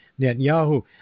Netanyahu